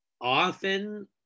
often